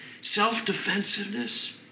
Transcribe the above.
self-defensiveness